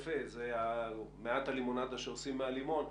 מעט הלימונדה שעושים מהלימון,